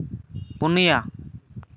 ᱯᱩᱱᱤᱭᱟ